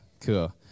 cool